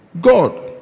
God